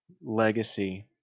legacy